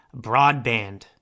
broadband